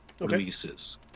releases